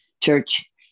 Church